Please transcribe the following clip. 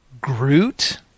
Groot